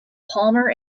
palmer